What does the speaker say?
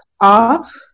off